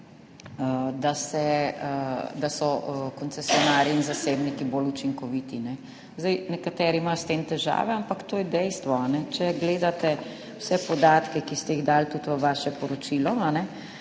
da so koncesionarji in zasebniki bolj učinkoviti. Nekateri imajo s tem težave, ampak to je dejstvo. Če gledate vse podatke, ki ste jih dali tudi v svoje poročilo,